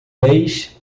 leis